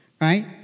right